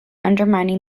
undermining